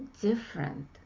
different